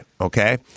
okay